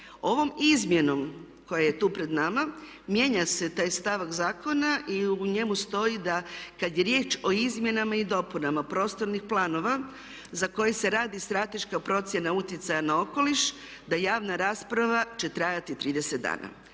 Ovom izmjenom koja je tu pred nama mijenja se taj stavak zakona i u njemu stoji da kada je riječ o izmjenama i dopunama prostornih planova za koje se radi strateška procjena utjecaja na okoliš da javna rasprava će trajati 30 dana.